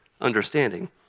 understanding